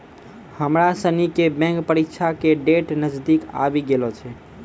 हमरा सनी के बैंक परीक्षा के डेट नजदीक आवी गेलो छै